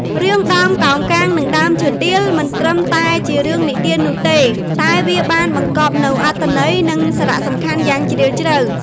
រឿង "ដើមកោងកាងនិងដើមឈើទាល" មិនត្រឹមតែជារឿងនិទាននោះទេ តែវាបានបង្កប់នូវអត្ថន័យនិងសារៈសំខាន់យ៉ាងជ្រាលជ្រៅ។